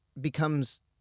becomes